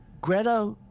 greta